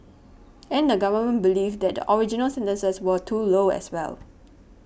and the Government believed that the original sentences were too low as well